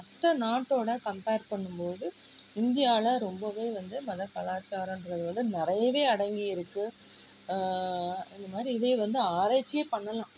மற்ற நாட்டோடு கம்பேர் பண்ணும்போது இந்தியாவில் ரொம்பவே வந்து மத கலாச்சாரம்ன்றது வந்து நிறையவே அடங்கி இருக்குது இந்த மாதிரி இதையே வந்து ஆராய்ச்சியே பண்ணலாம்